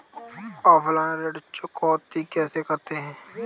Offline ऋण चुकौती कैसे करते हैं?